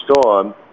Storm